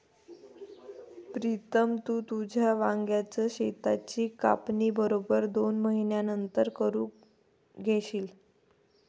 प्रीतम, तू तुझ्या वांग्याच शेताची कापणी बरोबर दोन महिन्यांनंतर करून घेशील